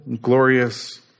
glorious